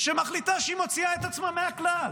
שמחליטה שהיא מוציאה את עצמה מהכלל.